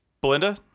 Belinda